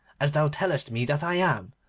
as thou tellest me that i am.